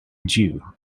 jew